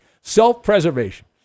self-preservation